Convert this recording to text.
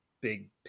big